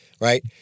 Right